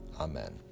Amen